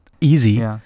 easy